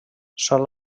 sol